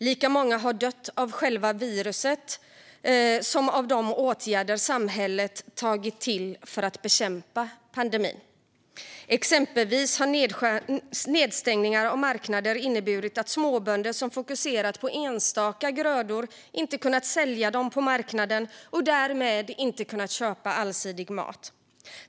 Lika många har dött av själva viruset som av de åtgärder samhället tagit till för att bekämpa pandemin. Exempelvis har nedstängningar av marknader inneburit att småbönder som fokuserat på enstaka grödor inte har kunnat sälja dem på marknaden och därmed inte kunnat köpa allsidig mat.